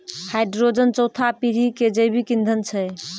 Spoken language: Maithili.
हाइड्रोजन चौथा पीढ़ी के जैविक ईंधन छै